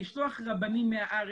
לשלוח רבנים מהארץ,